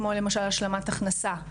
כמו למשל השלמת הכנסה,